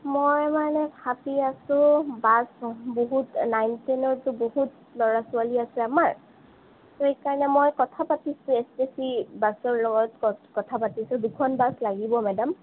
মই মানে ভাবি আছোঁ বাছ বহুত নাইন টেনৰতো বহুত ল'ৰা ছোৱালী আছে আমাৰ ত' সেইকাৰণে মই কথা পাতিছোঁ এছ টি চি বাছৰ লগত কথা পাতিছোঁ দুখন বাছ লাগিব মেডাম